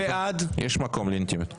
יש מקום לאינטימיות.